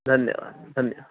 धन्यवादः धन्यवादः